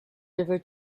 river